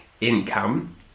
income